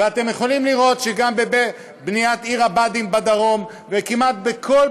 ואתם יכולים לראות שגם בבניית עיר הבה"דים בדרום וכמעט בכל